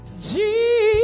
Jesus